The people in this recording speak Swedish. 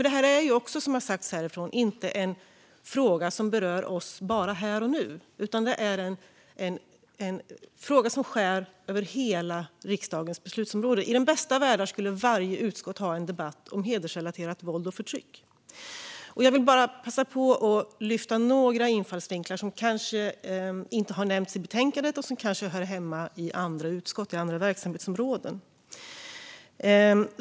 Detta är, som har sagts här, inte en fråga som berör oss bara här och nu, utan det är en fråga som sträcker sig över hela riksdagens beslutsområde. I den bästa av världar skulle varje utskott ha en debatt om hedersrelaterat våld och förtryck. Jag vill bara passa på att lyfta några infallsvinklar som kanske inte har nämnts i betänkandet och som kanske hör hemma i andra utskott, i andra verksamhetsområden.